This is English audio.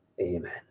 amen